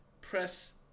Press